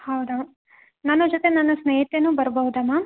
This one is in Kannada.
ಹೌದಾ ನನ್ನ ಜೊತೆ ನನ್ನ ಸ್ನೇಹಿತೆಯು ಬರ್ಬೋದಾ ಮ್ಯಾಮ್